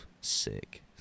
Sick